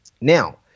now